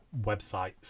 websites